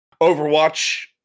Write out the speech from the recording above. Overwatch